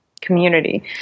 community